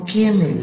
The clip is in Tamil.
முக்கியமில்லை